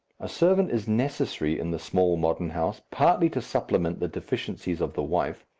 a servant is necessary in the small, modern house, partly to supplement the deficiencies of the wife,